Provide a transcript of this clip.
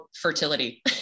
fertility